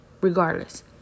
Regardless